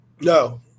No